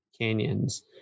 canyons